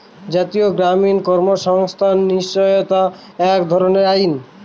জাতীয় গ্রামীণ কর্মসংস্থান নিশ্চয়তা এক ধরনের আইন